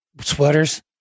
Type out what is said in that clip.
sweaters